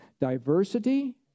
diversity